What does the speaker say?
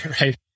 right